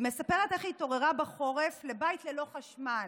היא מספרת איך היא התעוררה בחורף לבית ללא חשמל.